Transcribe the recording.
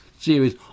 series